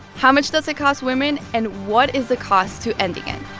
how much does it cost women, and what is the cost to ending it?